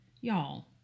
Y'all